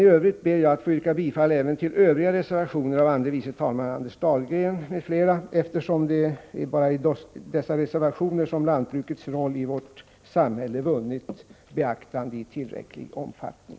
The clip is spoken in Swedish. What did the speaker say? I övrigt ber jag att få yrka bifall även till övriga reservationer av andre vice talman Anders Dahlgren m.fl., eftersom det endast är i dessa reservationer som lantbrukets roll i vårt samhälle vunnit beaktande i tillräcklig omfattning.